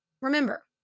remember